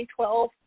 2012